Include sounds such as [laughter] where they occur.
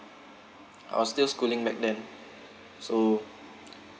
I was still schooling back then so [noise]